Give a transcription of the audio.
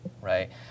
right